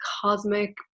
cosmic